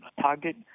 target